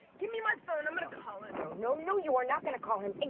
gimme my phone, i'm gonna call him. no, no, no, you are not gonna call him,